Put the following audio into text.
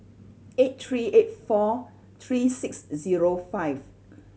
eight three eight four three six zero five